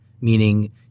meaning –